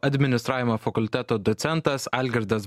administravimo fakulteto docentas algirdas